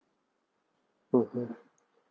okay